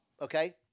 okay